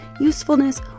usefulness